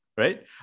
right